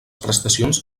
prestacions